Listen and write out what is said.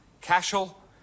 Cashel